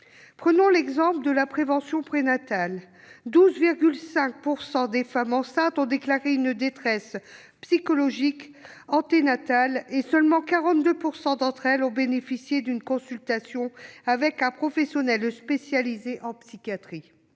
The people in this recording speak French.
Prenons l'exemple de la prévention prénatale : 12,5 % des femmes enceintes ont déclaré une détresse psychologique anténatale et seulement 42 % d'entre elles ont bénéficié d'une consultation avec un professionnel spécialisé en psychiatrie.